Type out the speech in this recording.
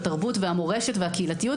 התרבות והמורשת והקהילתיות,